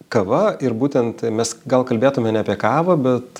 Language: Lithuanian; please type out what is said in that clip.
kava ir būtent mes gal kalbėtume ne apie kavą bet